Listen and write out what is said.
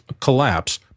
collapse